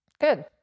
Good